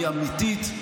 היא אמיתית,